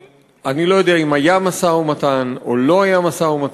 אני לא יודע אם היה משא-ומתן או לא היה משא-ומתן,